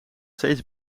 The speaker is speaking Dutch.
steeds